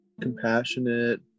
Compassionate